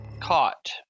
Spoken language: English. caught